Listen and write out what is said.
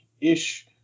ish